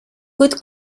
good